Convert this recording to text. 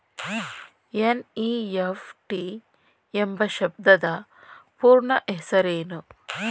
NEFT ಎಂಬ ಶಬ್ದದ ಪೂರ್ಣ ಹೆಸರೇನು?